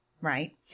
right